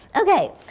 Okay